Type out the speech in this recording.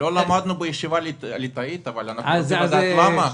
לא למדנו בישיבה ליטאית אבל אנחנו רוצים לדעת למה.